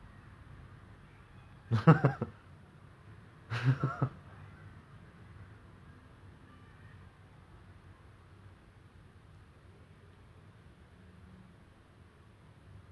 ya you ha~ !aiyo! the technique is very hard I have been literally trying for one year and I still can't get it perfectly I wonder how the world championship like the people who compete in world champions right how they do it